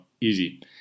easy